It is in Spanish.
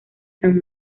san